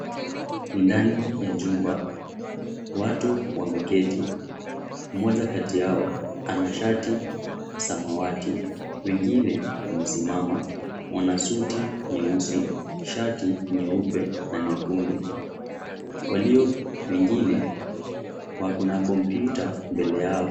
Ni ndani ya jumba watu wameketi mmoja kati yao anashati samawati, wengine wamesimama wanasuti nyeusi shati nyeupe na nyekundu walio wengine wako na kompyuta mbele yao.